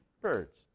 birds